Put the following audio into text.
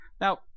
Now